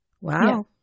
Wow